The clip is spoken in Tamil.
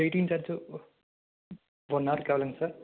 வெய்டிங் சார்ஜு ஒன்னார்க்கு எவ்வளோங் சார்